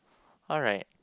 alright